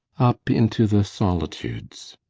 up into the solitudes.